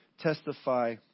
testify